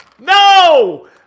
No